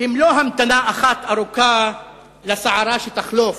הם לא המתנה אחת ארוכה לסערה שתחלוף,